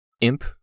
Imp